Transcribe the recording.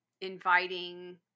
inviting